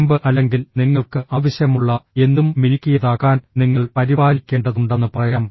ചെമ്പ് അല്ലെങ്കിൽ നിങ്ങൾക്ക് ആവശ്യമുള്ള എന്തും മിനുക്കിയതാക്കാൻ നിങ്ങൾ പരിപാലിക്കേണ്ടതുണ്ടെന്ന് പറയാം